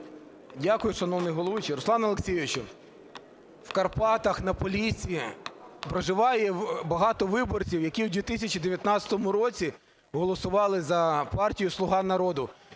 Дякую, шановний головуючий. Руслане Олексійовичу, в Карпатах, на Поліссі проживає багато виборців, які в 2019 році голосували за партію "Слуга народу".